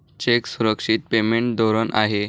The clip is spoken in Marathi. चेक सुरक्षित पेमेंट धोरण आहे